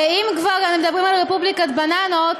ואם כבר מדברים על רפובליקת בננות,